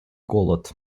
голод